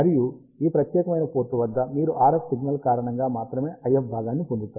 మరియు ఈ ప్రత్యేకమైన పోర్ట్ వద్ద మీరు RF సిగ్నల్ కారణంగా మాత్రమే IF భాగాన్ని పొందుతారు